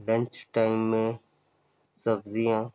lunch time میں سبزیاں